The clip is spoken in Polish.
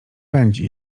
pędzi